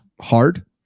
Hard